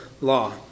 law